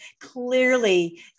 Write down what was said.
Clearly